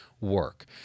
work